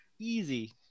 easy